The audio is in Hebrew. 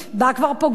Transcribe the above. בה כבר פוגעים,